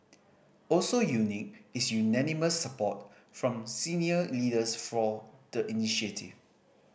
also unique is unanimous support from senior leaders for the initiative